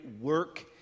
work